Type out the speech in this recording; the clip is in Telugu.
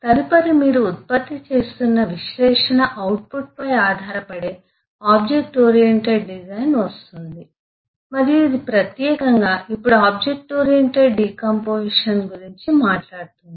తదుపరి మీరు ఉత్పత్తి చేస్తున్న విశ్లేషణ అవుట్పుట్పై ఆధారపడే ఆబ్జెక్ట్ ఓరియెంటెడ్ డిజైన్ వస్తుంది మరియు ఇది ప్రత్యేకంగా ఇప్పుడు ఆబ్జెక్ట్ ఓరియెంటెడ్ డికాంపొజిషన్ గురించి మాట్లాడుతుంది